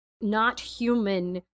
not-human